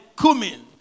cumin